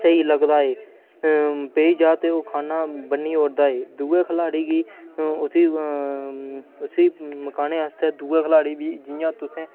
स्हेई लगदा ऐ पेई जाऽ ते ओह् खान्ना बन्नी ओड़दा ऐ दुए खलाड़ी गी उस्सी उस्सी मकाने आस्तै दूआ खलाड़ी बी जि'यां तुसें